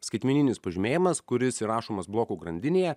skaitmeninis pažymėjimas kuris įrašomas blokų grandinėje